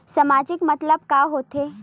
सामाजिक मतलब का होथे?